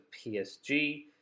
PSG